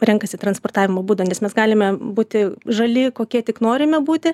renkasi transportavimo būdą nes mes galime būti žali kokie tik norime būti